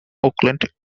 oakland